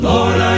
Lord